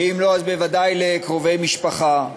ואם לא, אז בוודאי לקרובי משפחה.